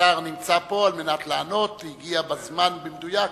השר נמצא פה על מנת לענות, הוא הגיע בזמן במדויק,